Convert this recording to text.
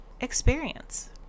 experience